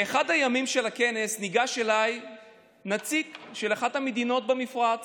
באחד הימים של הכנס ניגש אליי נציג של אחת המדינות במפרץ.